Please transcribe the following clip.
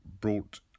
brought